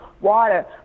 water